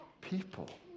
people